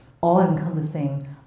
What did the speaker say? all-encompassing